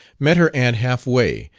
met her aunt half-way,